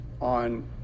on